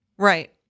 Right